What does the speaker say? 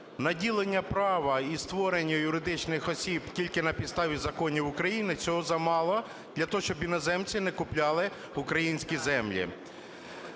наділення права і створення юридичних осіб тільки на підставі законів України, цього замало для того, щоб іноземці не купляли українські землі.